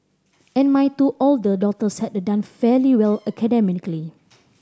and my two older daughters had done fairly well academically